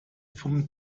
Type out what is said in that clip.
vom